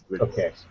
Okay